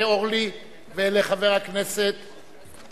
חברת הכנסת אורלי לוי וחבר הכנסת אלדד.